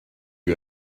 you